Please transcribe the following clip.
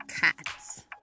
Cats